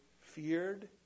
feared